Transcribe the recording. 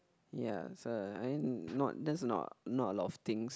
ya so I not that's not not a lot of things